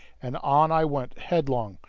and on i went headlong,